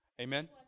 Amen